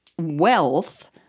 wealth